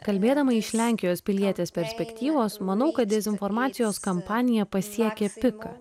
kalbėdama iš lenkijos pilietės perspektyvos manau kad dezinformacijos kampanija pasiekė piką